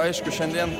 aišku šiandien